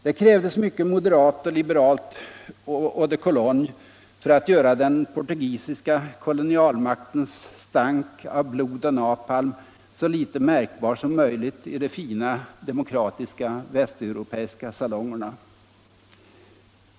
Det krävdes mycket moderat och liberal eau-de-cologne för att göra den portugisiska kolonialmaktens stank av blod och napalm så litet märkbar som möjligt i de fina demokratiska västeuropeiska salongerna.